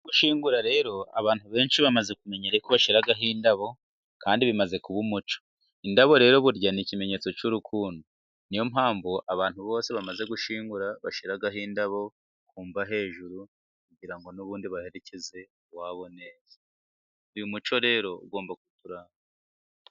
Gushyinyingura rero abantu benshi bamaze kumenyera ko bashyiraho indabo, kandi bimaze kuba umuco. Indabo rero burya ni ikimenyetso cy'urukundo, niyo mpamvu abantu bose bamaze gushyingura bashyira indabo ku mva hejuru, kugira ngo n'ubundi baherekeze uwabo neza, uyu muco rero ugomba kuturanga.